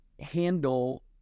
handle